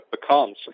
becomes